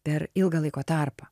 per ilgą laiko tarpą